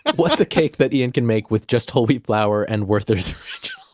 what's a cake that ian can make with just whole wheat flour, and werther's